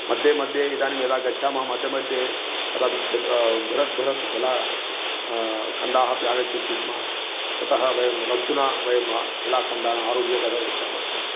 मध्ये मध्ये इदानीं यदा गच्छामः मध्ये मध्ये कदापि स्प् बृहत् बृहत् शिलाः खण्डाः अपि आगच्छन्ति स्म ततः वयं रज्जुना वयं शिलाखण्डान् आरुह्य गतव् गच्छामः स्मात्